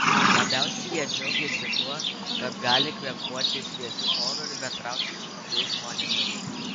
labiausiai jie džiaugėsi tuo kad gali kvėpuoti šviežiu oru ir bendrauti su naujais žmonėmis